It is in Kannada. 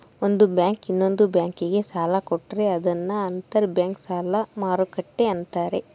ಒಂದು ಬ್ಯಾಂಕು ಇನ್ನೊಂದ್ ಬ್ಯಾಂಕಿಗೆ ಸಾಲ ಕೊಟ್ರೆ ಅದನ್ನ ಅಂತರ್ ಬ್ಯಾಂಕ್ ಸಾಲದ ಮರುಕ್ಕಟ್ಟೆ ಅಂತಾರೆ